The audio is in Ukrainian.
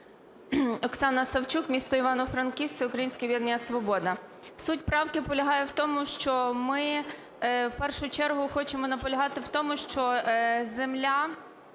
Оксана Савчук, місто Івано-Франківськ, Всеукраїнське об'єднання "Свобода". Суть правки полягає в тому, що ми в першу чергу хочемо наполягати в тому, що земля